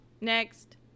Next